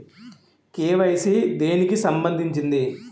KYC దేనికి సంబందించింది?